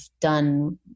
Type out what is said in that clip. done